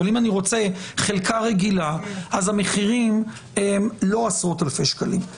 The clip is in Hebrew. אבל אם אני רוצה חלקה רגילה אז המחירים הם לא עשרות אלפי שקלים.